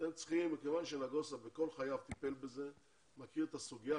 מכיוון שנגוסה כל חייו טיפל בזה ומכיר את הסוגיה,